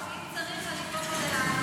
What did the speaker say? אם צריך, אני פה כדי לענות.